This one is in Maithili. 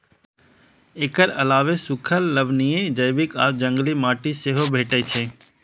एकर अलावे सूखल, लवणीय, जैविक आ जंगली माटि सेहो भेटै छै